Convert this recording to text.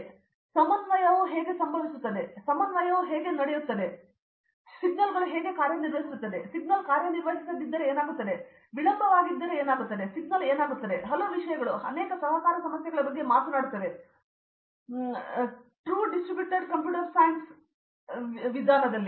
ಆದ್ದರಿಂದ ಸಮನ್ವಯವು ಹೇಗೆ ಸಂಭವಿಸುತ್ತದೆ ಹೇಗೆ ಸಮನ್ವಯವು ನಡೆಯುತ್ತದೆ ಹೇಗೆ ಸಿಗ್ನಲ್ಗಳು ಕಾರ್ಯನಿರ್ವಹಿಸುತ್ತವೆ ಸಿಗ್ನಲ್ ಹೇಗೆ ಕಾರ್ಯನಿರ್ವಹಿಸದಿದ್ದರೆ ಏನಾಗುತ್ತದೆ ವಿಳಂಬವಾಗಿದ್ದರೆ ಏನಾಗುತ್ತದೆ ಸಿಗ್ನಲ್ಗಳು ಏನಾಗುತ್ತದೆ ಹಲವು ವಿಷಯಗಳು ಅನೇಕ ಸಹಕಾರ ಸಮಸ್ಯೆಗಳ ಬಗ್ಗೆ ಮಾತನಾಡುತ್ತವೆ ನೈಜ ವಿತರಕರು ಕಂಪ್ಯೂಟರ್ ಸೈನ್ಸ್ನಲ್ಲಿ